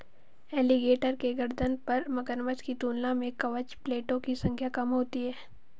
alligator के गर्दन पर मगरमच्छ की तुलना में कवच प्लेटो की संख्या कम होती है